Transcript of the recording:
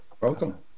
welcome